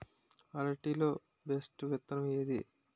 అరటి లో బెస్టు విత్తనం ఏది?